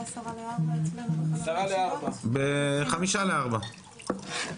רביזיה 15:55. הישיבה נעולה.